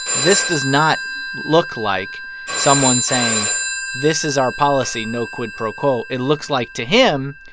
this does not look like someone saying this is our policy, no quid pro quo. it looks like, to him,